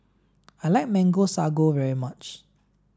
I like Mango Sago very much